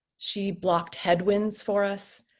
she blocked headwinds for us.